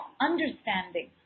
understanding